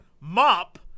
mop